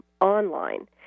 online